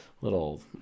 little